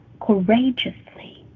courageously